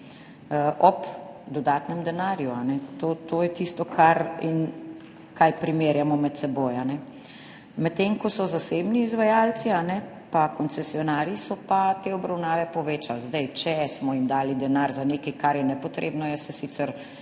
ob dodatnem denarju. To je tisto, kar primerjamo med seboj. Medtem ko so pa zasebni izvajalci pa koncesionarji te obravnave povečali. Če smo jim dali denar za nekaj, kar je nepotrebno, jaz si sicer